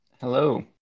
Hello